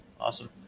Awesome